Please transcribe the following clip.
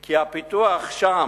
כי הפיתוח שם,